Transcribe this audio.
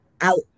out